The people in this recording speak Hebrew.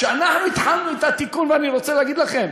כשאנחנו התחלנו את התיקון, ואני רוצה להגיד לכם,